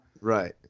Right